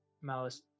malice